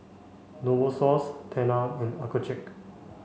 Novosource Tena and Accucheck